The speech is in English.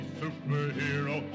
superhero